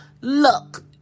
look